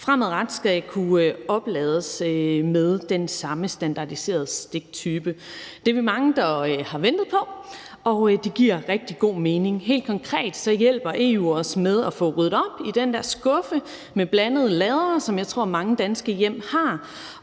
fremadrettet skal kunne oplades med den samme standardiserede stiktype. Det er vi mange der har ventet på, og det giver rigtig god mening. Helt konkret hjælper EU os med at få ryddet op i den der skuffe med blandede ladere, som jeg tror mange danske hjem har,